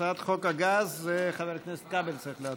את הצעת חוק הגז חבר הכנסת כבל צריך להציג.